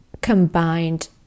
combined